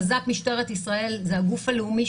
מז"פ משטרת ישראל זה הגוף הלאומי,